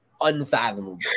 Unfathomable